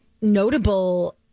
notable